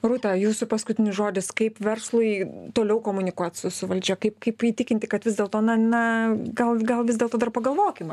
rūta jūsų paskutinis žodis kaip verslui toliau komunikuot su su valdžia kaip kaip įtikinti kad vis dėlto na na gal gal vis dėlto dar pagalvokim